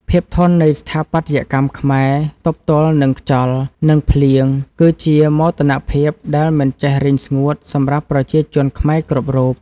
ភាពធន់នៃស្ថាបត្យកម្មខ្មែរទប់ទល់នឹងខ្យល់ និង ភ្លៀងគឺជាមោទនភាពដែលមិនចេះរីងស្ងួតសម្រាប់ប្រជាជនខ្មែរគ្រប់រូប។